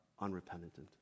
unrepentant